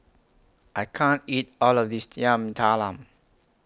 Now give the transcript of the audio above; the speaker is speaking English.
I can't eat All of This Yam Talam